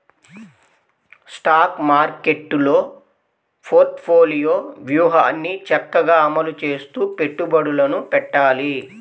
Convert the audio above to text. stock మార్కెట్టులో portfolio వ్యూహాన్ని చక్కగా అమలు చేస్తూ పెట్టుబడులను పెట్టాలి